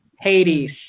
Hades